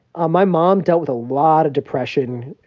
um my mom dealt with a lot of depression,